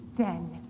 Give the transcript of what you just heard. then,